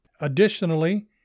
Additionally